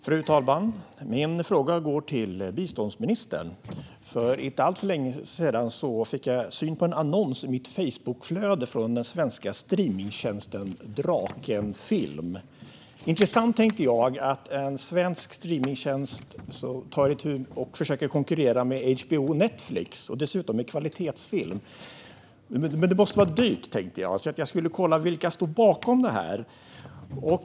Fru talman! Min fråga går till biståndsministern. För inte alltför länge sedan fick jag syn på en annons i mitt Facebookflöde från den svenska streamingtjänsten Draken Film. Intressant, tänkte jag, att en svensk streamingtjänst försöker konkurrera med HBO och Netflix, och dessutom med kvalitetsfilm. Men det måste vara dyrt, tänkte jag, så jag skulle kolla vilka som står bakom detta.